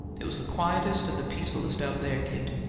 it was the quietest and the peacefullest out there, kate.